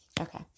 okay